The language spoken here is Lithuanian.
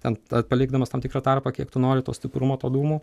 ten palikdamas tam tikrą tarpą kiek tu nori to stiprumo to dūmo